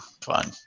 Fine